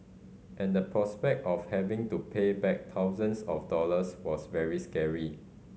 and the prospect of having to pay back thousands of dollars was very scary